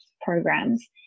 programs